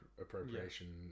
appropriation